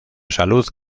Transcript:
salud